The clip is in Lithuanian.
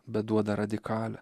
bet duoda radikalią